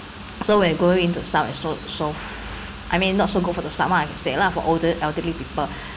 so when you go into stomach so so I mean not so good for the stomach I can say lah for older elderly people